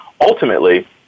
ultimately